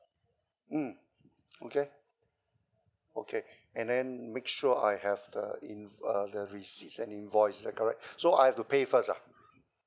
mm okay okay and then make sure I have the in~ uh the receipt and invoice is that correct so I have to pay first ah